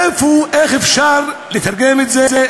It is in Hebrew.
איך אפשר לתרגם את זה,